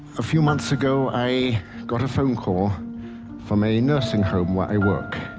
a few months ago i got a phone call from a nursing home where i work.